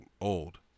old